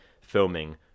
filming